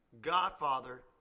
Godfather